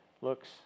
looks